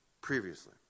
previously